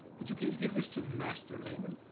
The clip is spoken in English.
would you please give this to master lehman?